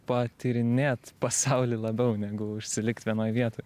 patyrinėt pasaulį labiau negu užsilikt vienoj vietoj